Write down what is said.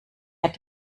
hat